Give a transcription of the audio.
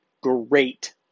Great